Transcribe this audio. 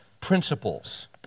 principles